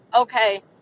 okay